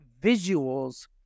visuals